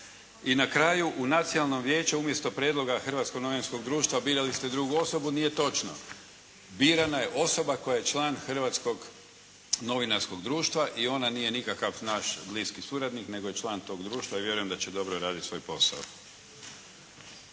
I na kraju u Nacionalno vijeće umjesto prijedloga Hrvatskog novinskog društva birali ste drugu osobu. Nije točno. Birana je osoba koja je član Hrvatskog novinarskog društva i ona nije nikakav naš bliski suradnik nego je član tog društva i vjerujem da će dobro raditi svoj posao.